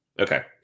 Okay